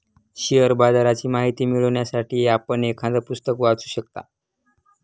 share बाजाराची माहिती मिळवण्यासाठी आपण एखादं पुस्तक वाचू शकता